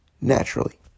Naturally